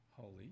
holy